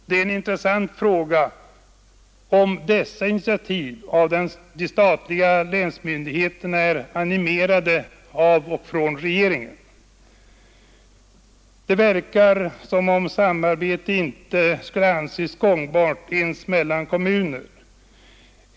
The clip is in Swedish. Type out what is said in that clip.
Det är en intressant fråga om dessa initiativ av de statliga länsmyndigheterna är animerade av regeringen. Det verkar som om samarbete inte skulle anses gångbart ens mellan kommuner.